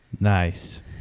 Nice